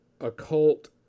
occult